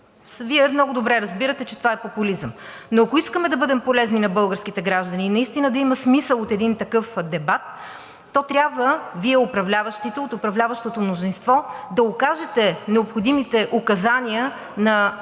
Вие много добре разбирате, че това е популизъм, но ако искаме да бъдем полезни на българските граждани и наистина да има смисъл от такъв дебат, то трябва Вие от управляващото мнозинство да дадете необходимите указания на